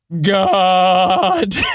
God